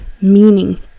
meaning